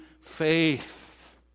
faith